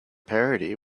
parody